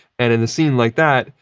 and, in a scene like that,